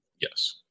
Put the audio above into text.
yes